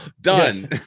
done